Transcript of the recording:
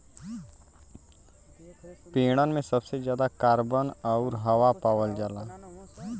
पेड़न में सबसे जादा कार्बन आउर हवा पावल जाला